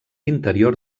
interior